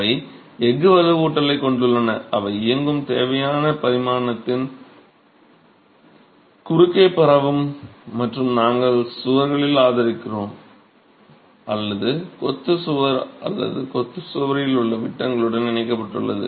அவை எஃகு வலுவூட்டலைக் கொண்டுள்ளன அவை இயங்கும் தேவையான பரிமாணத்தின் குறுக்கே பரவும் மற்றும் நாங்கள் சுவர்களில் ஆதரிக்கிறோம் அல்லது கொத்து சுவர் அல்லது கொத்து சுவரில் உள்ள விட்டங்களுடன் இணைக்கப்பட்டுள்ளது